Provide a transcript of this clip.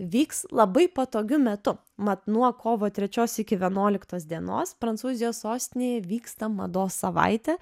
vyks labai patogiu metu mat nuo kovo trečios iki vienuoliktos dienos prancūzijos sostinėje vyksta mados savaitė